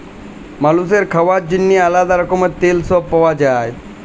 মালুসের খাওয়ার জন্যেহে আলাদা রকমের তেল সব পাওয়া যায়